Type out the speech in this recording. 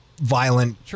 violent